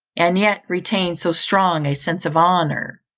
and yet retain so strong a sense of honour,